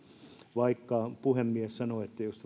vaikka puhemies sanoi että jos